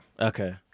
Okay